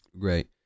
Great